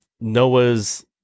Noah's